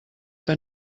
que